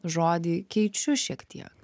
žodį keičiu šiek tiek